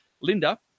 Linda